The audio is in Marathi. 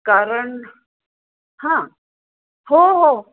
कारण हां हो हो